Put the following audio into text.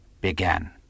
Began